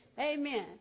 amen